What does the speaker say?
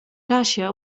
czasie